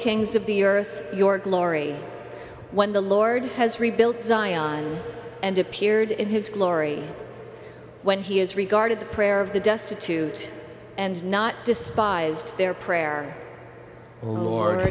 kings of the earth your glory when the lord has rebuilt zion and appeared in his glory when he is regarded the prayer of the destitute and not despised their prayer lor